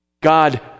God